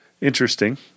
interesting